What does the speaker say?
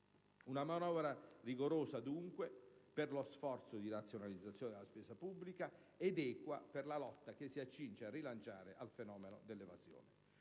una manovra rigorosa per lo sforzo di razionalizzazione della spesa pubblica ed equa per la lotta che si accinge a rilanciare al fenomeno della evasione